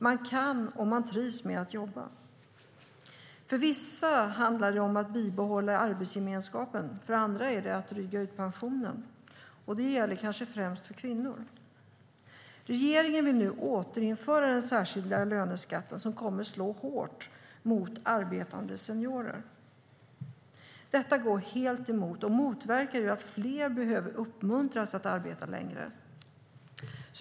Man kan om man trivs med att jobba. För vissa handlar det om att bibehålla arbetsgemenskapen. För andra handlar det om att dryga ut pensionen, och det gäller kanske främst kvinnor. Regeringen vill nu återinföra den särskilda löneskatten, som kommer att slå hårt mot arbetande seniorer. Detta går helt emot och motverkar att fler behöver uppmuntras att arbeta längre.